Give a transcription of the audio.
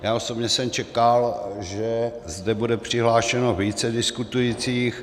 Já osobně jsem čekal, že zde bude přihlášeno více diskutujících.